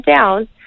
down